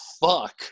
fuck